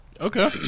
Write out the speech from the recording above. Okay